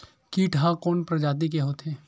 कीट ह कोन प्रजाति के होथे?